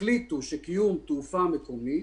החליטו שקיום תעופה מקומית